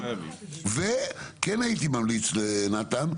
וכן הייתי ממליץ לנתן,